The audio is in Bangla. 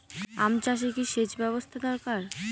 আম চাষে কি সেচ ব্যবস্থা দরকার?